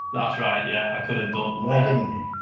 that's right, yeah i could have done why didn't you?